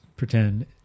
pretend